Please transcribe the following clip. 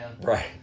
Right